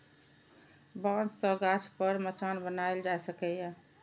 बांस सं गाछ पर मचान बनाएल जा सकैए